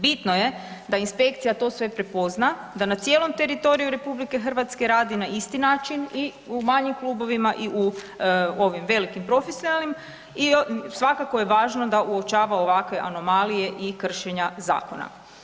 Bitno je da inspekcija to sve prepozna, da na cijelom teritoriju RH radi na isti način i u manjim klubovima i u ovim velikim profesionalnim i svakako je važno da uočava ovakve anomalije i kršenja zakona.